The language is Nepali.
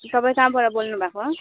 तपाईँ कहाँबाट बोल्नुभएको